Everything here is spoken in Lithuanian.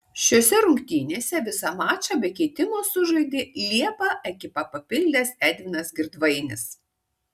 šiose rungtynėse visą mačą be keitimo sužaidė liepą ekipą papildęs edvinas girdvainis